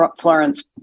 Florence